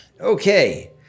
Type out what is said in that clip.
Okay